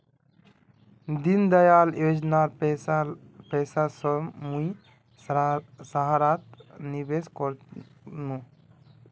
दीनदयाल योजनार पैसा स मुई सहारात निवेश कर नु